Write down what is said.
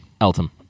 Elton